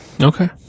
Okay